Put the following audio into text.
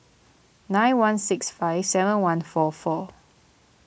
nine one six five seven one four four